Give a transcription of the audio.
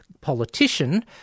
politician